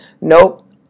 Nope